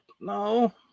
no